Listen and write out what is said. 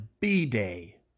B-day